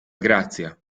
grazia